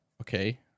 okay